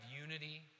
unity